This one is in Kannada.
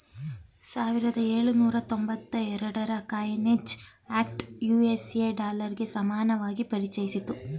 ಸಾವಿರದ ಎಳುನೂರ ತೊಂಬತ್ತ ಎರಡುರ ಕಾಯಿನೇಜ್ ಆಕ್ಟ್ ಯು.ಎಸ್.ಎ ಡಾಲರ್ಗೆ ಸಮಾನವಾಗಿ ಪರಿಚಯಿಸಿತ್ತು